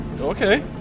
Okay